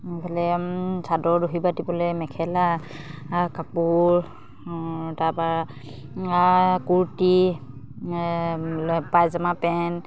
এইফালে চাদৰ দহি বাটিবলৈ মেখেলা কাপোৰ তাৰপৰা কুৰ্তি পাইজামা পেণ্ট